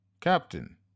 Captain